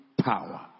power